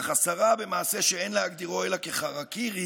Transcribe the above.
אך השרה, במעשה שאין להגדירו אלא כחרקירי,